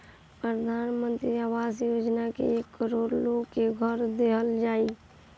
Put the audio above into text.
प्रधान मंत्री आवास योजना से एक करोड़ लोग के घर देहल जाई